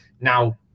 Now